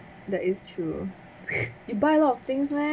that is true you buy a lot of things meh